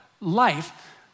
life